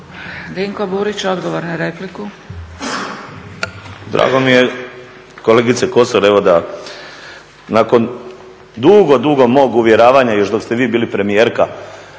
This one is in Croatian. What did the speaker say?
**Burić, Dinko (HDSSB)** Drago mi je kolegice Kosor evo da nakon dugo, dugo mog uvjeravanja još dok ste vi bili premijerka